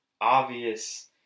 obvious